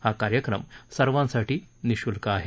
हा कार्यक्रम सर्वासाठी निशुल्क आहे